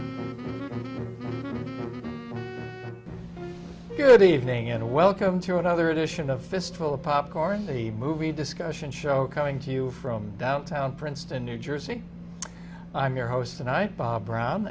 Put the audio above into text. good evening and welcome to another edition of fistful of popcorn the movie discussion show coming to you from downtown princeton new jersey i'm your host tonight bob brown